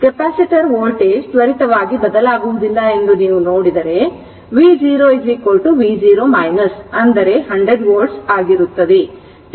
capacitor voltage ತ್ವರಿತವಾಗಿ ಬದಲಾಗುವುದಿಲ್ಲ ಎಂದು ನೀವು ನೋಡಿದರೆ v0 v0 ಅಂದರೆ 100 ವೋಲ್ಟ್ ಆಗಿರುತ್ತದೆ